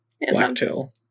Blacktail